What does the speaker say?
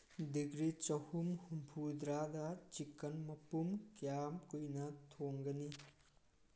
degree ꯆꯍꯨꯝ ꯍꯨꯝꯐꯨꯇꯔꯥꯗ chicken ꯃꯄꯨꯝ ꯀꯌꯥꯝ ꯀꯨꯏꯅ ꯊꯣꯡꯒꯅꯤ